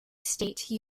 state